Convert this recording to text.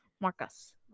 Marcus